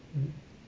mm